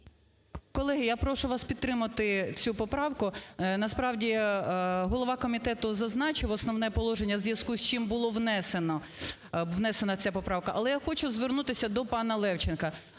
Колеги, я прошу вас підтримати цю поправку. Насправді голова комітету зазначив основне положення, в зв'язку з чим було внесено, внесена ця поправка. Але я хочу звернутися до пана Левченка.